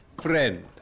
friend